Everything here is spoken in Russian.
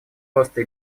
роста